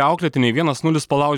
auklėtiniai vienas nulis palaužė